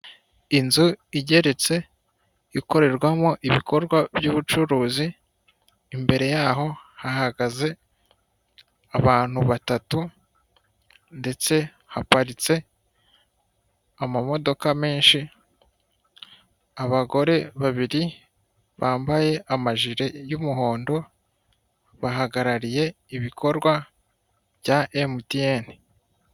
Inzu igeretse, ikorerwamo ibikorwa by'ubucuruzi, imbere yaho hahagaze abantu batatu ndetse haparitse amamodoka menshi, abagore babiri bambaye amajire y'umuhondo bahagarariye ibikorwa bya Emutiyeni.